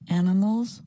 animals